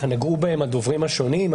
נגעו בהם הדוברים השונים.